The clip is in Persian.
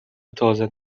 تازه